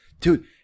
Dude